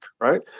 right